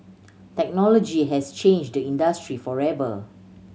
technology has changed the industry forever